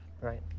Right